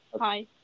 Hi